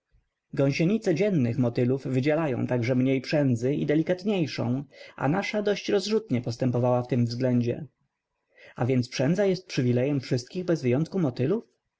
gąsienice dziennych motylów wydzielają także mniej przędzy i delikatniejszą a nasza dość rozrzutnie postępowała w tym względzie a więc przędza jest przywilejem wszystkich bez wyjątku motylów